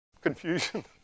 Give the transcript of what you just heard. confusion